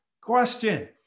question